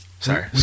Sorry